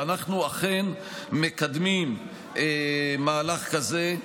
ואנחנו אכן מקדמים מהלך כזה.